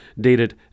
dated